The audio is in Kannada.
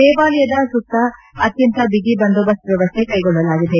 ದೇವಾಲಯದ ಸುತ್ತ ಅತ್ಯಂತ ಬಿಗಿ ಬಂದೋಬಸ್ತ್ ವ್ಯವಸ್ಥೆ ಕೈಗೊಳ್ಳಲಾಗಿದೆ